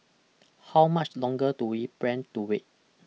how much longer do we plan to wait